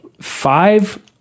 five